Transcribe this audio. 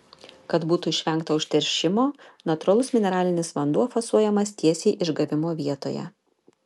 kad būtų išvengta užteršimo natūralus mineralinis vanduo fasuojamas tiesiai išgavimo vietoje